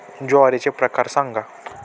ज्वारीचे प्रकार सांगा